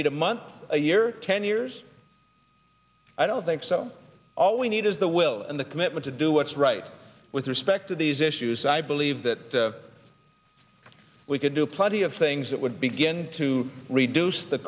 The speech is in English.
need a month a year ten years i don't think so all we need is the will and the commitment to do what's right with respect to these issues i believe that we could do plenty of things that would begin to reduce the